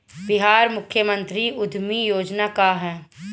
बिहार मुख्यमंत्री उद्यमी योजना का है?